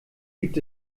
gibt